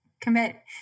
commit